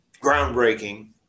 groundbreaking